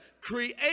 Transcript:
create